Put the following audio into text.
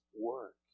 work